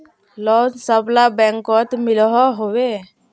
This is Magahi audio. लोन सबला बैंकोत मिलोहो होबे?